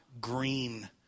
green